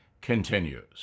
continues